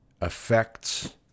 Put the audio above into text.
affects